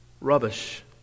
rubbish